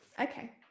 okay